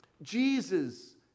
Jesus